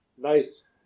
nice